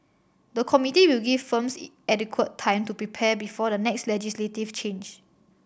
the committee will give firms adequate time to prepare before the next legislative change